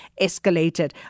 escalated